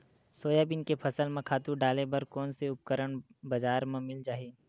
Soybean के फसल म खातु डाले बर कोन से उपकरण बजार म मिल जाहि?